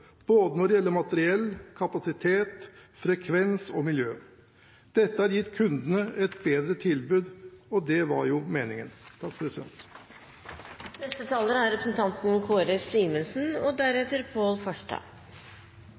både når det gjelder materiell, kapasitet, frekvens og miljø. Dette har gitt kundene et bedre tilbud. Og det var jo meningen!